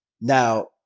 now